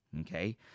okay